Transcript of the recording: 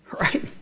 right